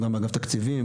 גם אגף תקציבים,